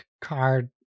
card